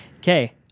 okay